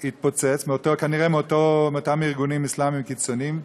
התפוצץ, כנראה מאותם ארגונים אסלאמיים קיצוניים,